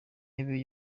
ntebe